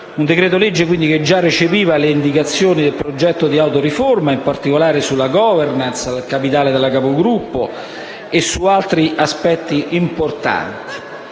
un decreto-legge che già recepiva le indicazioni del progetto di autoriforma, in particolare sulla *governance* del capitale della banca capogruppo e su altri aspetti importanti.